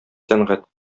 сәнгать